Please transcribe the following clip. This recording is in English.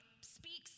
speaks